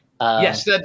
Yes